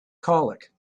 colic